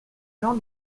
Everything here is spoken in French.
jean